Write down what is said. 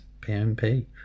PMP